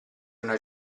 una